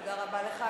תודה רבה לך.